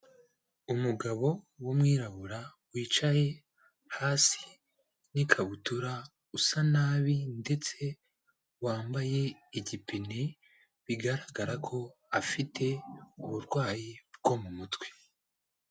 Umugabo w'umwirabura wicaye hasi n'ikabutura, usa nabi ndetse wambaye igipine, bigaragara ko afite uburwayi bwo mu mutwe.